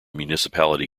municipality